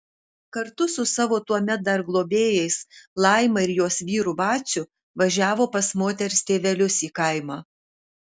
kartu su savo tuomet dar globėjais laima ir jos vyru vaciu važiavo pas moters tėvelius į kaimą